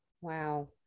Wow